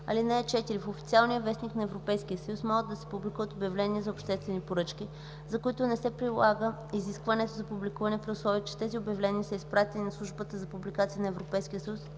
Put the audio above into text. съюз. (4) В „Официален вестник” на Европейския съюз могат да се публикуват обявления за обществени поръчки, за които не се прилага изискването за публикуване, при условие че тези обявления са изпратени на Службата за публикации на Европейския съюз